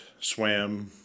swam